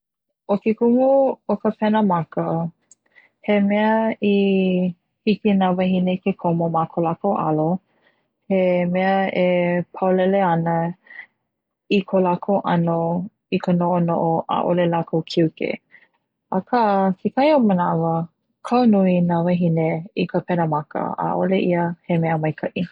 ʻO ke kumu o ka pena maka he mea i hiki na wahine ke komo he mea e paulele ana i ko lākou ʻano i ka noʻonoʻo ʻaʻole lākou kiuke aka kekahi o na manawa kau nui nā wahine i ka pena mana a ʻaole ia he mea maikaʻi